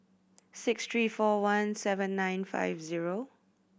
six three four one seven nine five zero